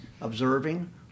observing